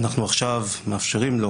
אנחנו עכשיו מאפשרים לו